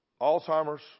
Alzheimer's